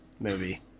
movie